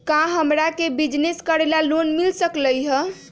का हमरा के बिजनेस करेला लोन मिल सकलई ह?